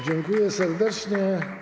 Dziękuję serdecznie.